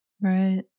Right